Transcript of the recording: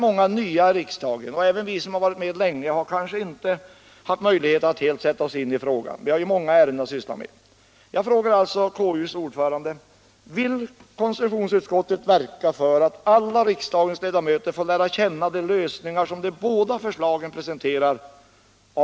Många är nya i riksdagen, och även vi som har varit med länge har kanske inte haft möjlighet att helt sätta oss in i frågan, vi har ju många ärenden att syssla med. ningar av riksdagshusfrågan som de båda förslagen presenterar?